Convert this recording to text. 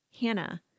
Hannah